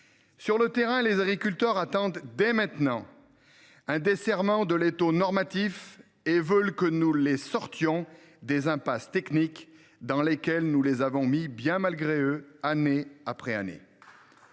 Sur le terrain, les agriculteurs attendent dès maintenant le desserrement de l’étau normatif et ils veulent que nous les sortions des impasses techniques dans lesquelles nous les avons mis malgré eux, année après année.